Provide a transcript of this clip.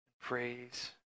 praise